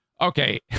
okay